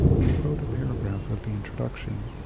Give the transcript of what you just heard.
i quote a paragraph of the introduction